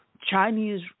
chinese